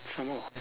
some more